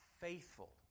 faithful